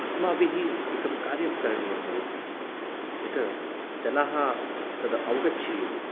अस्माभिः एकं कार्यं करणीयं भवति यत् जनाः तद् अवगच्छेयुः